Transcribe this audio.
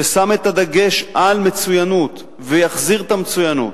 ששם את הדגש על מצוינות, ויחזיר את המצוינות,